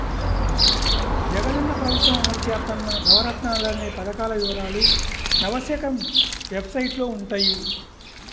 జగనన్న ప్రభుత్వం అమలు చేత్తన్న నవరత్నాలనే పథకాల వివరాలు నవశకం వెబ్సైట్లో వుంటయ్యి